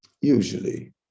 usually